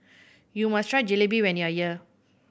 you must try Jalebi when you are here